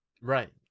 Right